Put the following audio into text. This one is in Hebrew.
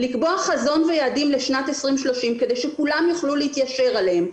לקבוע חזון ויעדים לשנת 2030 כדי שכולם יוכלו להתיישר עליו,